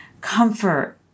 comfort